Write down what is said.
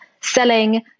selling